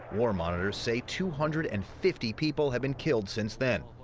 war monitors say two hundred and fifty people have been killed since then.